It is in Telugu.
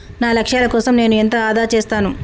నా లక్ష్యాల కోసం నేను ఎంత ఆదా చేస్తాను?